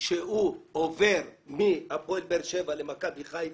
שהוא עובר מהפועל באר שבע למכבי חיפה.